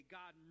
God